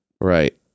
right